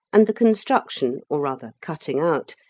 and the construction, or rather cutting out,